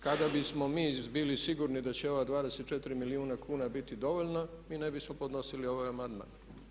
Kada bismo mi bili sigurni da će ova 24 milijuna kuna biti dovoljna mi ne bismo podnosili ovaj amandman.